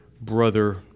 brother